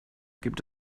gibt